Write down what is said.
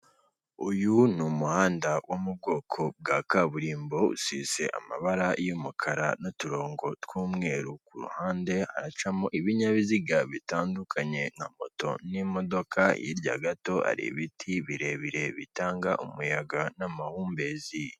Uyu ni umuhanda wo mu bwoko bwa kaburimbo usize amabara y'umukara n'uturongo tw'umweru ku ruhande hacamo ibinyabiziga bitandukanye nka moto n'imodoka hirya gato hari ibiti birebire bitanga umuyaga n'amahumbezi.